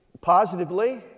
positively